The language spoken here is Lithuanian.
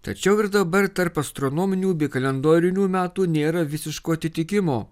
tačiau ir dabar tarp astronominių bei kalendorinių metų nėra visiško atitikimo